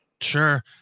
Sure